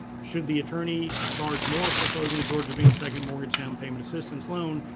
should the attorney charge more for closing a georgia dream second mortgage down payment assistance loan,